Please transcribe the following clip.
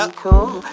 cool